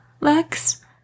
Lex